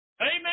Amen